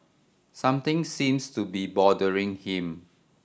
something seems to be bothering him